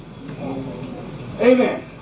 Amen